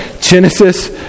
Genesis